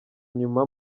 inyuma